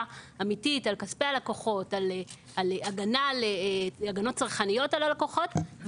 אמיתית על כספי הלקוחות וכדי לספק הגנות צרכניות על הלקוחות,